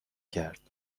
کرد